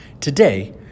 Today